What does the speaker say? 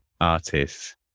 artists